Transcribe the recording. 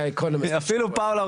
חברת הכנסת